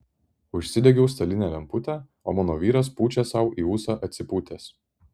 užsidegiau stalinę lemputę o mano vyras pučia sau į ūsą atsipūtęs